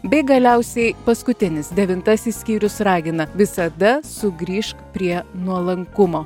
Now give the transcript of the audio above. bei galiausiai paskutinis devintasis skyrius ragina visada sugrįžk prie nuolankumo